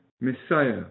Messiah